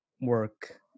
work